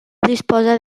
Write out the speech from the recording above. disposa